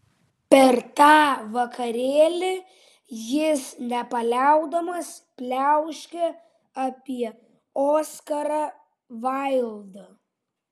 per tą vakarėlį jis nepaliaudamas pliauškė apie oskarą vaildą